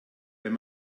wenn